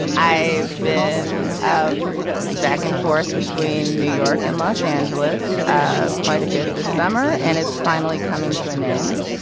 i've been um back and forth between new york and los angeles ah quite a bit this summer and it's finally coming to an end.